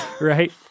right